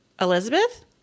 Elizabeth